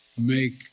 make